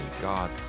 God